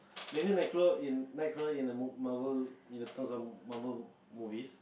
in Night crawler in the mo~ Marvel in the Marvel movies